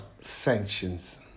sanctions